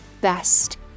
best